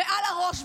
מעל הראש,